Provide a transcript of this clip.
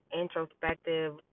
introspective